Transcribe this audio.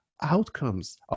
outcomes